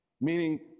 meaning